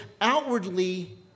outwardly